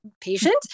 patient